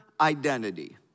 identity